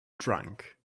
drunk